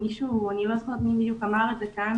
אני לא זוכרת מי בדיוק אמר כאן,